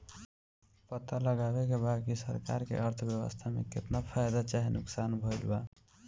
पता लगावे के बा की सरकार के अर्थव्यवस्था में केतना फायदा चाहे नुकसान भइल बा